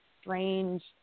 strange